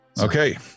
Okay